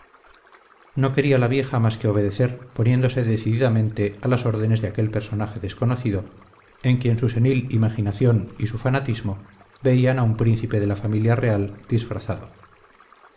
no quería la vieja más que obedecer poniéndose decididamente a las órdenes de aquel personaje desconocido en quien su senil imaginación y su fanatismo veían a un príncipe de la familia real disfrazado